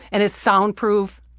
and it's soundproof,